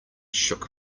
shook